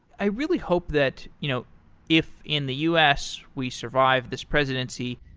i really hope that you know if in the u s. we survive this presidency,